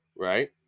Right